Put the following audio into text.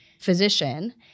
physician